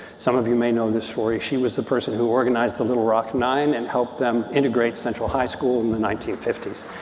some of you may know this story. she was the person who organized the little rock nine and helped them integrate central high school in the nineteen fifty s.